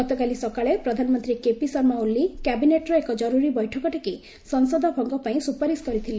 ଗତକାଲି ସକାଳେ ପ୍ରଧାନମନ୍ତ୍ରୀ କେ ପି ଶର୍ମା ଓଲି କ୍ୟାବିନେଟ୍ର ଏକ ଜରୁରୀ ବୈଠକ ଡାକି ସଂସଦ ଭଙ୍ଗ ପାଇଁ ସୁପାରିସ କରିଥିଲେ